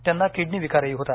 त्यांना किडनी विकारही होता